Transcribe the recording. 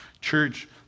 Church